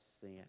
sin